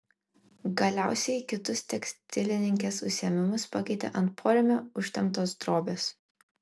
galiausiai kitus tekstilininkės užsiėmimus pakeitė ant porėmio užtemptos drobės